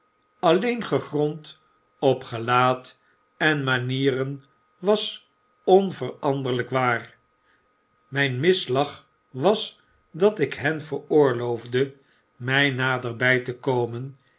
alleen gegrond op gelaat en manieren was onveranderlijk waar mijn misslag was dat ik hen veroorloofde mij naderbij te komen